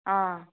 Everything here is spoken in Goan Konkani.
आं